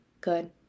good